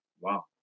Wow